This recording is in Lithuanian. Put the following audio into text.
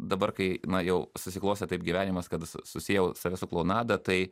dabar kai man jau susiklostė taip gyvenimas kad susiejau save su klounada tai